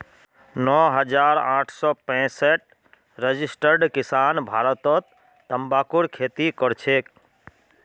नौ हजार आठ सौ पैंसठ रजिस्टर्ड किसान भारतत तंबाकूर खेती करछेक